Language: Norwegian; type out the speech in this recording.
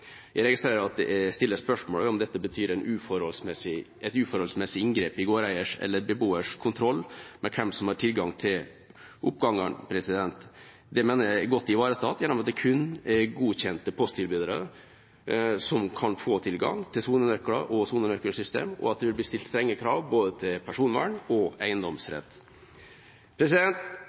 Jeg registrerer at det stilles spørsmål ved om dette betyr et uforholdsmessig inngrep i gårdeiers eller beboers kontroll med hvem som har tilgang til oppgangene. Det mener jeg er godt ivaretatt gjennom at det kun er godkjente posttilbydere som kan få tilgang til sonenøkler og sonenøkkelsystem, og at det vil bli stilt strenge krav til både personvern og eiendomsrett.